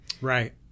Right